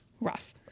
rough